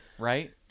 right